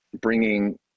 bringing